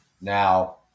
Now